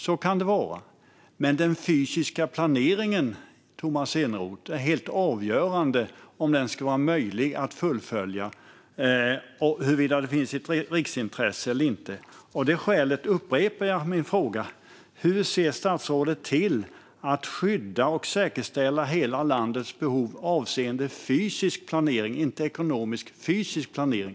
Så kan det vara, men den fysiska planeringen är helt avgörande om det ens ska vara möjligt att fullfölja huruvida det finns ett riksintresse eller inte, Tomas Eneroth. Av det skälet upprepar jag min fråga: Hur ser statsrådet till att skydda och säkerställa hela landets behov avseende fysisk - inte ekonomisk - planering?